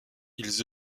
ils